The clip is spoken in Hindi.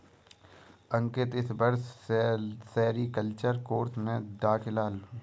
अंकित इस वर्ष सेरीकल्चर कोर्स में दाखिला लेगा